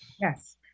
Yes